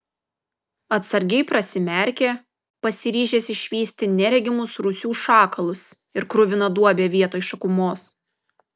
atsargiai prasimerkė pasiryžęs išvysti neregimus rūsių šakalus ir kruviną duobę vietoj šakumos